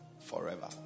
forever